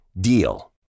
DEAL